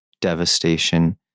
devastation